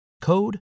code